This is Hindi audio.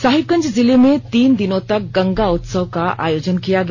साहिबगंज जिले में तीन दिनों तक गंगा उत्सव का आयोजन किया गया